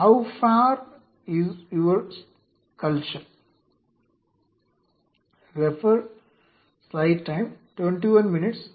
how far is your culture